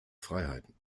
freiheiten